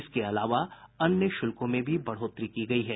इसके अलावा अन्य शुल्कों में भी बढ़ोतरी की गयी है